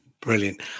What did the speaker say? Brilliant